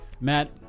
Matt